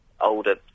older